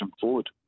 forward